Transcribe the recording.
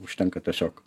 užtenka tiesiog